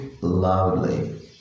loudly